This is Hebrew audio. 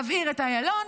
נבעיר את איילון,